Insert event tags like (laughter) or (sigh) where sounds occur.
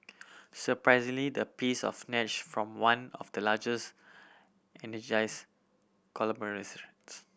surprisingly the piece of snatch from one of the largest energies conglomerates (unintelligible)